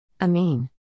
Amin